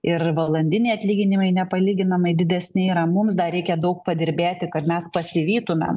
ir valandiniai atlyginimai nepalyginamai didesni yra mums dar reikia daug padirbėti kad mes pasivytumėm